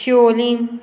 शिवलीन